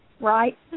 right